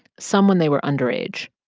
some when they were underage.